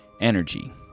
energy